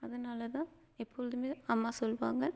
அதனாலதான் எப்பொழுதுமே அம்மா சொல்லுவாங்க